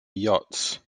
yachts